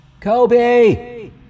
Kobe